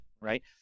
right